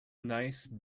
nice